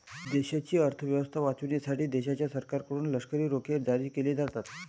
देशाची अर्थ व्यवस्था वाचवण्यासाठी देशाच्या सरकारकडून लष्करी रोखे जारी केले जातात